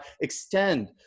extend